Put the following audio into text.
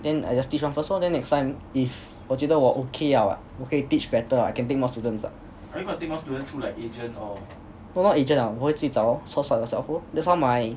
then I just teach one first lor then next time if 我觉得我 okay liao ah 我可以 teach better ah I can take more students ah